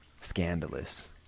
Scandalous